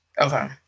Okay